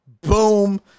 Boom